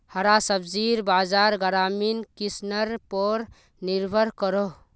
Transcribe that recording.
हरा सब्जिर बाज़ार ग्रामीण किसनर पोर निर्भर करोह